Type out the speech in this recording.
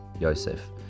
Yosef